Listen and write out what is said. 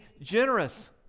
generous